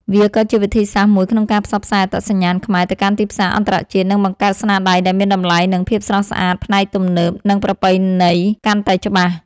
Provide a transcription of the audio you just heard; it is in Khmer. វាក៏ជាវិធីសាស្រ្តមួយក្នុងការផ្សព្វផ្សាយអត្តសញ្ញាណខ្មែរ ទៅកាន់ទីផ្សារអន្តរជាតិ និងបង្កើតស្នាដៃដែលមានតម្លៃ និងភាពស្រស់ស្អាតផ្នែកទំនើប និងប្រពៃណីកាន់តែច្បាស់។